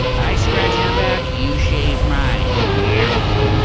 i scratch your back, you shave mine! yes!